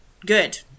good